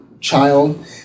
child